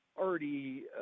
already